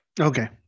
Okay